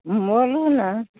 बोलू ने